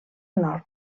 nord